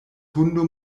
hundo